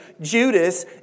Judas